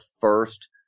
first